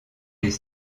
les